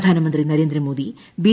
പ്രധാനമന്ത്രി നരേന്ദ്രമോദി ബി